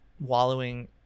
wallowing